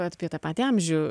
apie tą patį amžių